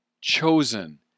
chosen